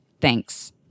Thanks